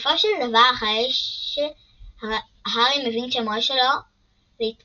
בסופו של דבר, הארי מבין שהמורה שלו להתגוננות